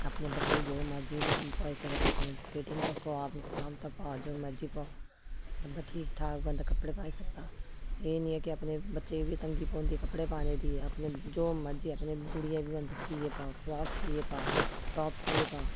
अपने बच्चें गी जो मर्जी पुआई सकदा अपने फिटिंग दा पवा अपने स्हाब दा पाऽ जो मर्जी पवा बंदा ठीक ठाक बंदा कपड़े पाई सकदा एह् निं ऐ कि अपने बच्चे गी बी तंगी पौंदी कपड़े पाने दी अपने जो मर्जी अपनी गुड़िया गी बी बंदा सीऐ पाऽ फ्राक सीऐ पाऽ टाप सीऐ पाऽ